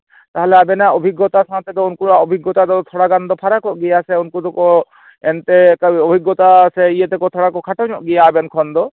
ᱛᱟᱞᱦᱮ ᱟᱵᱮᱱᱟᱜ ᱚᱵᱷᱤᱜᱽᱜᱚᱛᱟ ᱥᱟᱶᱛᱮᱫᱚ ᱩᱱᱠᱩᱣᱟᱜ ᱚᱵᱷᱤᱜᱽᱜᱚᱛᱟ ᱫᱚ ᱛᱷᱚᱲᱟ ᱜᱟᱱ ᱫᱚ ᱯᱷᱟᱨᱟᱠᱚᱜ ᱜᱮᱭᱟ ᱥᱮ ᱩᱱᱠᱩ ᱫᱚᱠᱚ ᱮᱱᱛᱮ ᱚᱵᱷᱤᱜᱽᱜᱴᱷᱚᱛᱟ ᱥᱮ ᱤᱭᱟᱹ ᱛᱮᱠᱚ ᱛᱷᱚᱲᱟ ᱠᱚ ᱠᱷᱟᱴᱚ ᱧᱚᱜ ᱜᱮᱭᱟ ᱟᱵᱮᱱ ᱠᱷᱚᱱ ᱫᱚ